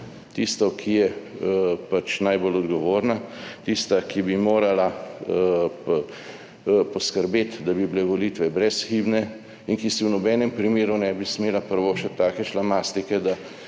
tisto, ki je pač najbolj odgovorna, tista, ki bi morala poskrbeti, da bi bile volitve brezhibne in ki si v nobenem primeru ne bi smela privoščiti take šlamastike, da